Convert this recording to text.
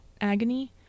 agony